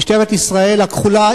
משטרת ישראל הכחולה,